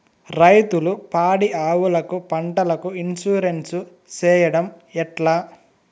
రైతులు పాడి ఆవులకు, పంటలకు, ఇన్సూరెన్సు సేయడం ఎట్లా?